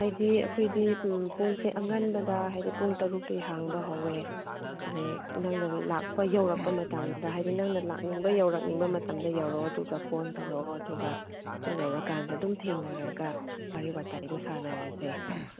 ꯍꯥꯏꯗꯤ ꯑꯩꯈꯣꯏꯗꯤ ꯄꯨꯡꯁꯦ ꯑꯉꯟꯕꯗ ꯍꯥꯏꯗꯤ ꯄꯨꯡ ꯇꯔꯨꯀꯇꯩ ꯍꯥꯡꯕ ꯍꯧꯋꯦ ꯑꯗꯨꯗ ꯅꯪꯅ ꯂꯥꯛꯄ ꯌꯧꯔꯛꯄ ꯃꯇꯝꯗ ꯍꯥꯏꯗꯤ ꯅꯪꯅ ꯂꯥꯛꯅꯤꯡꯕ ꯌꯧꯔꯛꯄ ꯃꯇꯝꯗ ꯌꯧꯔꯛꯑꯣ ꯑꯗꯨꯒ ꯐꯣꯟ ꯇꯧꯔꯛꯑꯣ ꯑꯗꯨꯒ ꯅꯪ ꯌꯧꯔꯛ ꯀꯥꯟꯗ ꯑꯗꯨꯝ ꯊꯦꯡꯅꯔꯒ ꯋꯥꯔꯤ ꯋꯥꯇꯥꯏꯗꯨ ꯁꯥꯟꯅꯔꯁꯦ